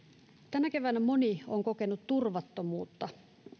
tänä keväänä moni on kokenut turvattomuutta